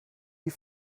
die